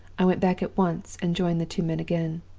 i went back at once and joined the two men again.